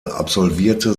absolvierte